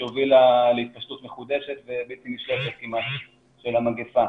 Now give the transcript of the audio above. שהובילה להתפשטות מחודשת ובלתי נשלטת כמעט של המגפה.